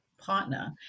partner